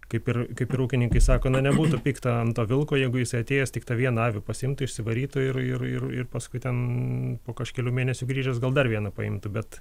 kaip ir kaip ir ūkininkai sako na nebūtų pikta ant to vilko jeigu jis atėjęs tik tą vienatvę pasiimtų išsivarytų ir ir ir ir paskui ten po kažkiek mėnesių grįžęs gal dar vieną paimtų bet